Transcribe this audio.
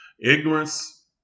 Ignorance